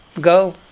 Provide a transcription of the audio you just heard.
go